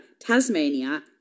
Tasmania